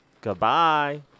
Goodbye